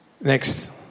Next